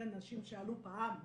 נשים שעלו פעם,